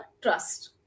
trust